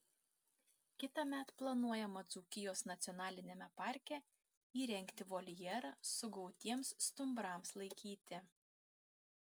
kitąmet planuojama dzūkijos nacionaliniame parke įrengti voljerą sugautiems stumbrams laikyti